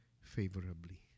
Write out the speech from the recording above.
favorably